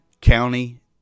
County